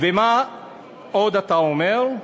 ומה עוד אתה אומר?